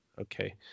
Okay